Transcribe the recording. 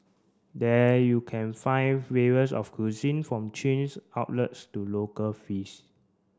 there you can find various of cuisine from chains outlets to local fees